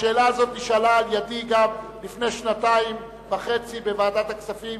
השאלה הזאת נשאלה גם על-ידי לפני שנתיים וחצי בוועדת הכספים